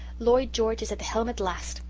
lloyd george is at the helm at last.